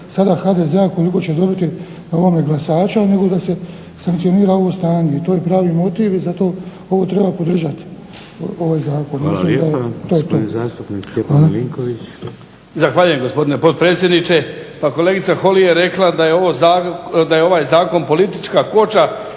sada HDZ-a koliko će dobiti na ovome glasača nego da se sankcionira ovo stanje i to je pravi motiv i zato ovo treba podržati, ovaj zakon. Hvala. **Šeks, Vladimir (HDZ)** Hvala lijepa. Gospodin zastupnik Stjepan Milinković. **Milinković, Stjepan (HDZ)** Zahvaljujem, gospodine potpredsjedniče. Pa kolegica Holy je rekla da je ovaj zakon politička koča